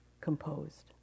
composed